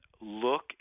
look